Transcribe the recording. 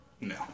No